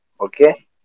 Okay